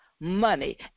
money